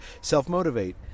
self-motivate